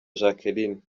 jacqueline